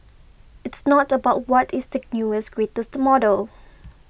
it's not about what is the newest greatest model